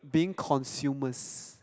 being consumers